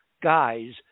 guys